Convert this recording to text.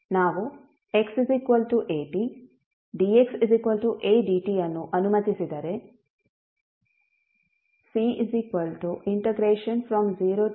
ನಾವು x at dx a dt ಅನ್ನು ಅನುಮತಿಸಿದರೆ c0fxe xsadx